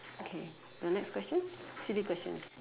okay your next question silly questions